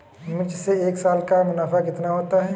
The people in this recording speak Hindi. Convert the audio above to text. मिर्च से एक साल का मुनाफा कितना होता है?